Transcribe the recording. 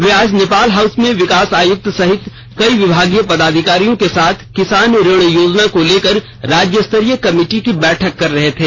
वे आज नेपाल हाउस में विकास आयुक्त सहित कई विभागीय पदाधिकारियों के साथ किसान ऋण योजना को लेकर राज्यस्तरीय कमिटी की बैठक कर रहे थे